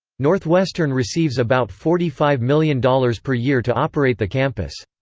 northwestern receives about forty five million dollars per year to operate the campus.